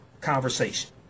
conversation